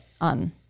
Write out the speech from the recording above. on